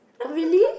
oh really